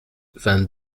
vingt